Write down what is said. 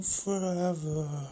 forever